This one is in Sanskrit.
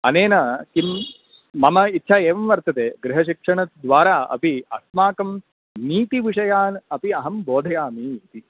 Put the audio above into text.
अनेन किं मम इच्छा एवं वर्तते गृहशिक्षणद्वारा अपि अस्माकं नीतिविषयान् अपि अहं बोधयामि इति